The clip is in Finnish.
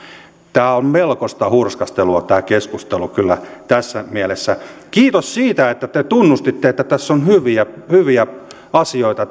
tämä keskustelu on melkoista hurskastelua kyllä tässä mielessä kiitos siitä että te tunnustitte että tässä itse lakiesityksessä on hyviä asioita